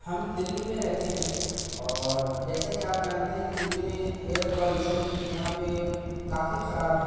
ہم دلی میں رہتے ہیں اور جیسا کہ آپ جانتے ہیں کہ دلی میں ایئر پولیوشن یہاں پہ کافی خراب ہے